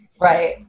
right